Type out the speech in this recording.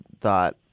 thought